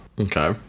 okay